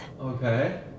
Okay